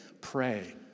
pray